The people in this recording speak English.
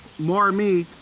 more me.